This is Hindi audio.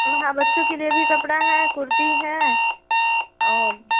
हाँ बच्चों के लिए भी कपड़ा है कुर्ती है और